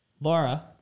Laura